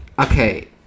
okay